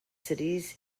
cities